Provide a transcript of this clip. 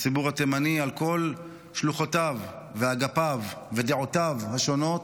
הציבור התימני על כל שלוחותיו ואגפיו ודעותיו השונות,